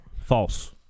false